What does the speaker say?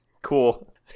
Cool